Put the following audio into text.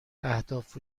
اهداف